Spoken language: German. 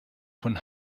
von